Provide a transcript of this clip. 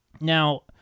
Now